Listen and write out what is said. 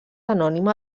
anònima